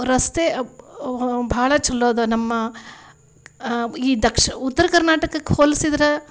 ರಸ್ತೆ ಭಾಳ ಚೊಲೋ ಇದೆ ನಮ್ಮ ಈ ದಕ್ಷ್ ಉತ್ತರ ಕರ್ನಾಟಕಕ್ಕೆ ಹೋಲ್ಸಿದ್ರೆ